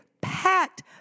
packed